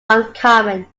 uncommon